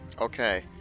Okay